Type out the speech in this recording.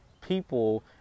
people